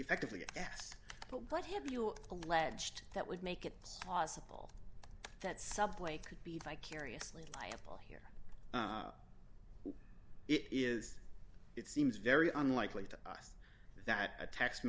effectively yes but what have you alleged that would make it possible that subway could be vicariously liable here it is it seems very unlikely to us that a text